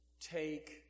take